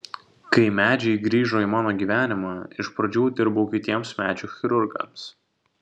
kai medžiai grįžo į mano gyvenimą iš pradžių dirbau kitiems medžių chirurgams